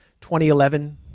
2011